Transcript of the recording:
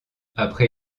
après